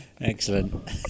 Excellent